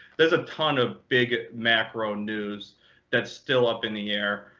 there's a ton of big macro news that's still up in the air.